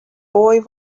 boy